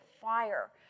Fire